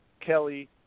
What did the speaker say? Kelly